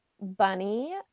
bunny